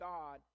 God